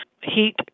Heat